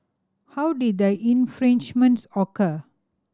how did the infringements occur